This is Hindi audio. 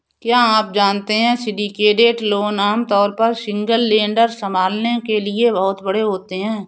क्या आप जानते है सिंडिकेटेड लोन आमतौर पर सिंगल लेंडर संभालने के लिए बहुत बड़े होते हैं?